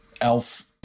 Elf